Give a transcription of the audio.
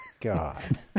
God